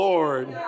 Lord